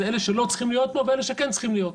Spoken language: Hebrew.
שזה אלה שלא צריכים להיות פה ואלה שכן צריכים להיות פה.